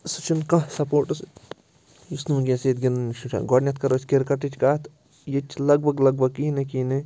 سُہ چھُنہٕ کانٛہہ سَپوٹٕس یُس نہٕ وٕنۍکٮ۪نَس ییٚتہِ گِنٛدنہٕ چھِ گۄڈٕنٮ۪تھ کَرو أسۍ کِرکٹٕچ کَتھ ییٚتہِ چھِ لگ بگ لگ بگ کِہیٖنۍ نَے کِہیٖنۍ نَے